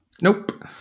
Nope